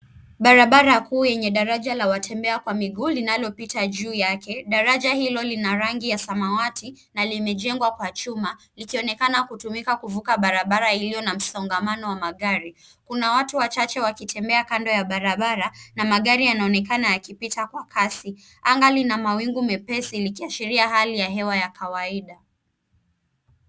Barabara kuu yenye daraja ya watembea kwa miguu linalo pita juu yake. Daraja hilo lina rangi ya samawati na limejengwa kwa chuma likionekana kutumika kuvuka barabara iliyo na msongamano wa magari. Kuna watu wachache wakitembea kando ya barabara na magari yanaonekana yakipita kwa kasi. Anga lina mawingu mepesi likiashiria hali ya hewa ya kawaida.